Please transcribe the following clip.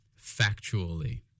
factually